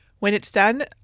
when it's done,